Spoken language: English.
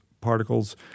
particles